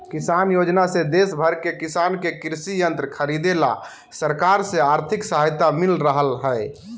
किसान योजना से देश भर के किसान के कृषि यंत्र खरीदे ला सरकार से आर्थिक सहायता मिल रहल हई